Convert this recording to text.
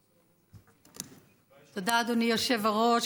תודה, אדוני היושב-ראש.